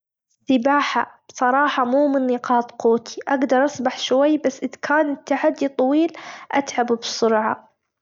السباحة بصراحة مو من نقاط قوتي أجدر أسبح شوي بس إذ كان التحدي طويل أتعب بسرعة.